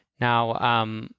Now –